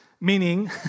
Meaning